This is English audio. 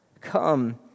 Come